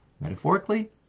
metaphorically